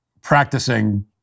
practicing